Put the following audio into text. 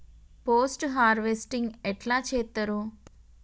Post harvesting ఎట్ల చేత్తరు?